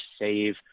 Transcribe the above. save